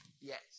Yes